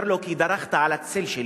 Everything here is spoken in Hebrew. אומר לו, כי דרכת על הצל שלי.